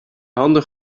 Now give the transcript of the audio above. handig